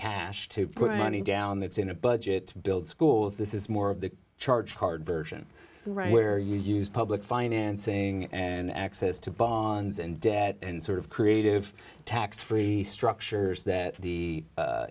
cash to put money down that's in a budget to build schools this is more of the charge card version right where you use public financing and access to bonds and debt and sort of creative tax free structures that the